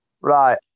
right